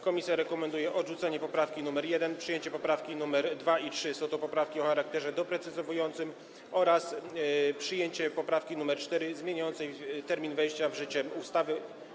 Komisja rekomenduje odrzucenie poprawki nr 1, przyjęcie poprawek nr 2 i 3 - są to poprawki o charakterze doprecyzowującym - oraz przyjęcie poprawki nr 4 zmieniającej termin wejścia w życie ustawy.